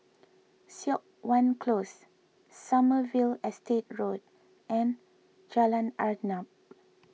Siok Wan Close Sommerville Estate Road and Jalan Arnap